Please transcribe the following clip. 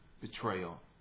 Betrayal